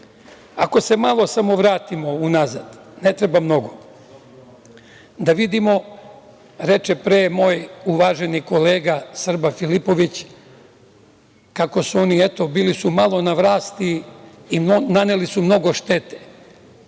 se malo samo vratimo unazad, ne treba mnogo, da vidimo, reče pre moj uvaženi kolega Srba Filipović, kako su oni, eto, bili malo na vlasti i naneli su mnogo štete.